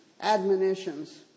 admonitions